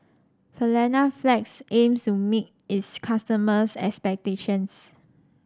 Panaflex aims to meet its customers' expectations